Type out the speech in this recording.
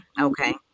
okay